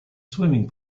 swimming